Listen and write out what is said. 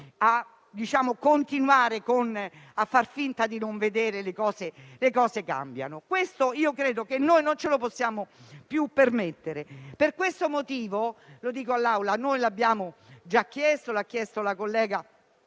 a continuare a far finta di non vedere, le cose cambiano. Credo che questo non ce lo possiamo più permettere. Per questo motivo noi chiediamo - l'abbiamo già chiesto, l'ha chiesto la collega